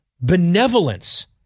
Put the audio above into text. benevolence